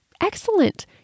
excellent